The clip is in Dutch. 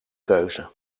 keuze